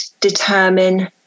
determine